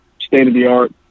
state-of-the-art